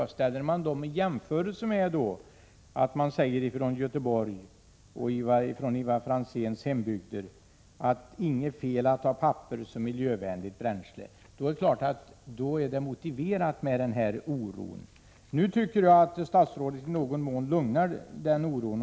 Om man ställer dem mot det som har sagts från Göteborg och från Ivar Franzéns hembygd, nämligen att det inte är något fel att ha papper som miljövänligt bränsle, är denna oro motiverad. Nu tycker jag att statsrådet i någon mån har stillat oron.